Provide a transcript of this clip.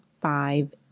five